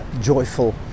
joyful